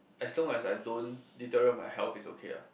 as long as I don't deteriorate my health it's okay ah